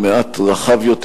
והוא מעט רחב יותר,